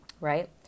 right